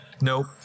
Nope